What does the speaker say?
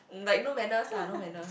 like no manners lah no manners